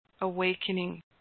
awakening